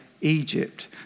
Egypt